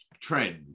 trend